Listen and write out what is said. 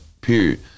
Period